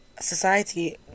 society